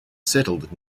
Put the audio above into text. settled